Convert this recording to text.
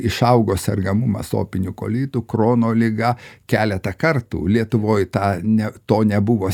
išaugo sergamumas opiniu kolitu krono liga keletą kartų lietuvoj tą ne to nebuvo